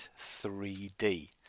3d